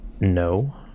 No